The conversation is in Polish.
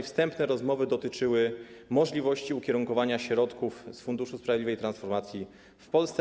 Wstępne rozmowy dotyczyły możliwości ukierunkowania środków z Funduszu Sprawiedliwej Transformacji w Polsce.